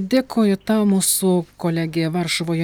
dėkoju tau mūsų kolegė varšuvoje